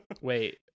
wait